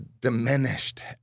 diminished